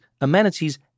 amenities